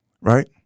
right